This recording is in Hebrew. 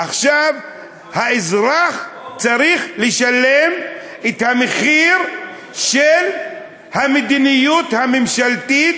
עכשיו האזרח צריך לשלם את המחיר של המדיניות הממשלתית